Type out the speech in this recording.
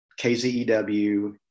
KZEW